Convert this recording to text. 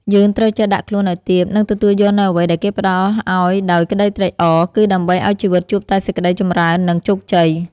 យើងត្រូវចេះដាក់ខ្លួនឱ្យទាប និងទទួលយកនូវអ្វីដែលគេផ្តល់ឱ្យដោយក្តីត្រេកអរ គឺដើម្បីឱ្យជីវិតជួបតែសេចក្តីចម្រើននិងជោគជ័យ។